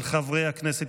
של חברי הכנסת